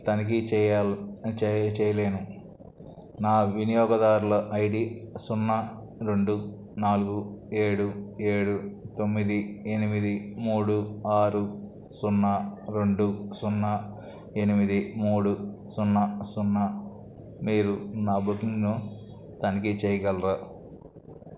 తనిఖీ చేయలేను నా వినియోగదారుల ఐ డీ సున్నా రెండు నాలుగు ఏడు ఏడు తొమ్మిది ఎనిమిది మూడు ఆరు సున్నా రెండు సున్నా ఎనిమిది మూడు సున్నా సున్నా మీరు నా బుకింగ్ను తనిఖీ చేయగలరా